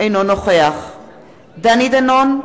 אינו נוכח דני דנון,